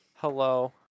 Hello